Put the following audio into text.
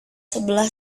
sebelah